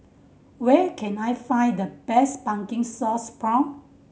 where can I find the best pumpkin sauce prawn